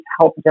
help